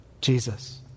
Jesus